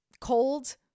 cold